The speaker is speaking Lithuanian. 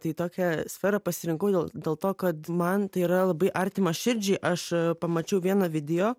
tai tokią sferą pasirinkau dėl dėl to kad man tai yra labai artima širdžiai aš pamačiau vieną video